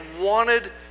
wanted